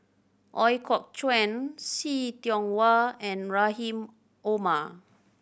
Ooi Kok Chuen See Tiong Wah and Rahim Omar